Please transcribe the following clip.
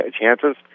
chances